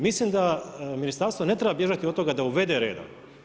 Mislim da ministarstvo ne treba bježati od toga da ne uvede reda.